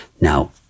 Now